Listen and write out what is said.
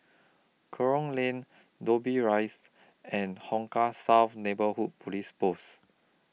Kerong Lane Dobbie Rise and Hong Kah South Neighbourhood Police Post